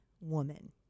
woman